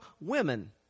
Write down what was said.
women